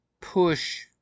push